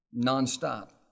nonstop